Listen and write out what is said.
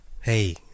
hey